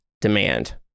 demand